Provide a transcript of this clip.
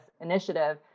initiative